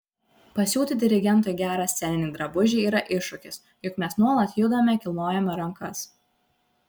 pasiūti dirigentui gerą sceninį drabužį yra iššūkis juk mes nuolat judame kilnojame rankas